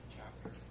chapter